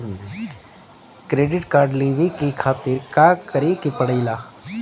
Credit card लेवे के खातिर का करेके पड़ेला?